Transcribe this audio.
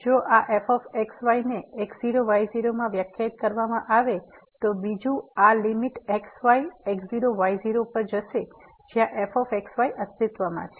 જો આ f x y ને x0 y0 માં વ્યાખ્યાયિત કરવામાં આવે તો બીજું આ limit x y x0 y0 પર જશે જ્યાં fx y અસ્તિત્વમાં છે